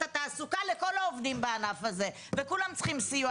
התעסוקה לכל העובדים בענף הזה וכולם צריכים סיוע.